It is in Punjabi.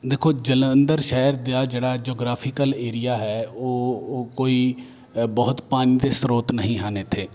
ਦੇਖੋ ਜਲੰਧਰ ਸ਼ਹਿਰ ਦਾ ਜਿਹੜਾ ਜੋਗਰਾਫੀਕਲ ਏਰੀਆ ਹੈ ਉਹ ਉਹ ਕੋਈ ਬਹੁਤ ਪਾਣੀ ਦੇ ਸਰੋਤ ਨਹੀਂ ਹਨ ਇੱਥੇ